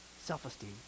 self-esteem